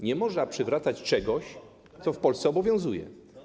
Nie można przywracać czegoś, co w Polsce obowiązuje.